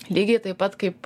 lygiai taip pat kaip